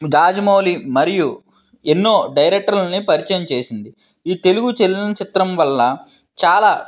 రాజమౌళి మరియు ఎన్నో డైరెక్టర్లని పరిచయం చేసింది ఈ తెలుగు చలనచిత్రం వల్ల చాలా